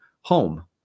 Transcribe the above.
home